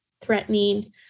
threatening